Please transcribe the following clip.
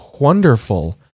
wonderful